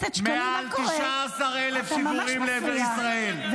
מעל 19,000 שיגורים לעבר ישראל -- מה קרה לך?